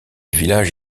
village